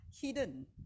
hidden